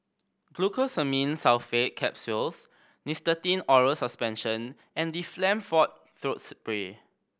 Glucosamine Sulfate Capsules Nystatin Oral Suspension and Difflam Forte Throat Spray